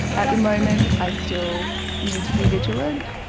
at the moment i still need to be vigilant,